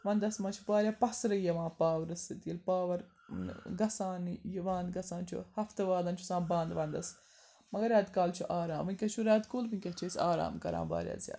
وَنٛدَس مَنٛز چھِ واریاہ پَسرٕ یِوان پاورٕ سۭتۍ ییٚلہِ پاوَر گَژھانٕے یِوان گَژھان چھُ ہَفتہٕ وادَن چھُ آسان بَنٛد وَنٛدَس مگر ریٚتہٕ کالہٕ چھُ آرام وُنکیٚس چھُ ریٚتہٕ کوٗل وُنکیٚس چھِ أسۍ آرام کَران واریاہ زیادٕ